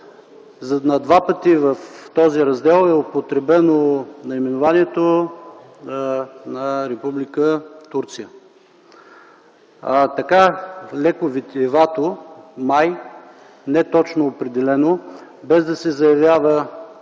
На два пъти в този раздел е употребено наименованието на Република Турция. Така леко витиевато, май не точно определено, без да се заявява